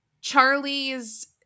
Charlie's